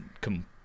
come